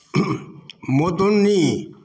Madhubani